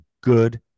good